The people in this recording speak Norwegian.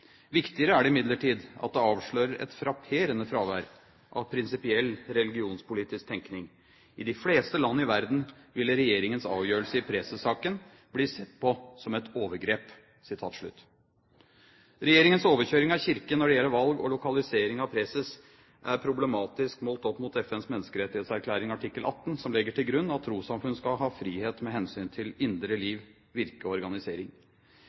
Viktigere er det imidlertid at det avslører et frapperende fravær av prinsipiell religionspolitisk tenkning. I de fleste land i verden ville Regjeringens avgjørelse i preses-saken bli sett på som et overgrep.» Regjeringens overkjøring av Kirken når det gjelder valg og lokalisering av preses, er problematisk, målt opp mot FNs menneskerettighetserklæring artikkel 18, som legger til grunn at trossamfunn skal ha frihet med hensyn til indre liv, virke og organisering.